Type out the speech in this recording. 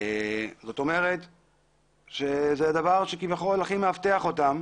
זה דבר שכביכול הכי מאבטח אותם